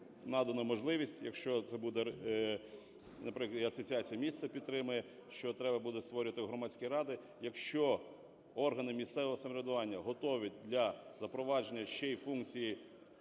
надана можливість, якщо це буде… наприклад, і Асоціація міст підтримає, що треба буде створювати громадські ради. Якщо органи місцевого самоврядування готові для запровадження ще й функції